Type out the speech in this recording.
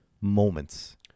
moments